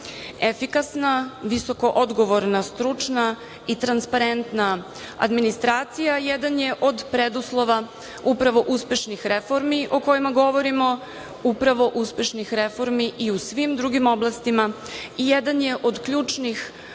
efikasna, visoko odgovorna, stručna i transparentna administracija, jedan je od preduslova, upravo uspešnih reformi od kojima govorimo, upravo uspešnih reformi i u svim drugim oblastima i jedan je od ključnih